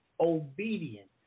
obedience